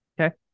Okay